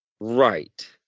Right